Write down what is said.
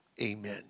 Amen